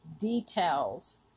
details